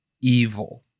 evil